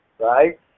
right